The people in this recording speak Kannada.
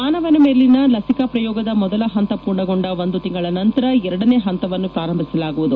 ಮಾನವನ ಮೇಲಿನ ಲಸಿಕಾ ಪ್ರಯೋಗದ ಮೊದಲ ಹಂತ ಪೂರ್ಣಗೊಂಡ ಒಂದು ತಿಂಗಳ ನಂತರ ಎರಡನೇ ಹಂತವನ್ನು ಪ್ರಾರಂಭಿಸಲಾಗುವುದು